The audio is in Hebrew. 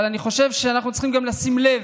אבל אני חושב שאנחנו צריכים גם לשים לב,